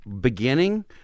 beginning